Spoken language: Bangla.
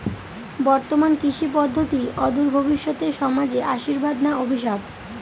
বর্তমান কৃষি পদ্ধতি অদূর ভবিষ্যতে সমাজে আশীর্বাদ না অভিশাপ?